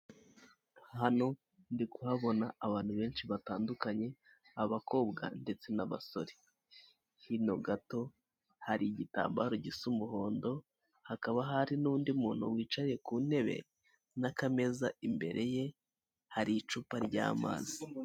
Hano ndi kuhabona abantu benshi batandukanye abakobwa ndetse n'abasore, hino gato hari igitambaro gisa umuhondo hakaba hari n'undi muntu wicaye ku ntebe n'akameza, imbere ye hari icupa ry'amazi.